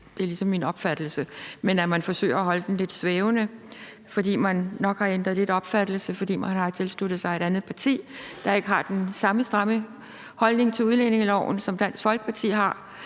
det er ligesom min opfattelse – men at man forsøger at holde den lidt svævende, fordi man nok har ændret lidt opfattelse, fordi man har tilsluttet sig et andet parti, der ikke har den samme stramme holdning til udlændingeloven, som Dansk Folkeparti har.